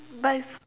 but if